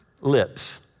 lips